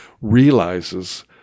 realizes